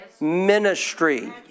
ministry